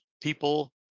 people